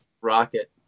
rocket